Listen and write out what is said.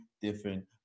different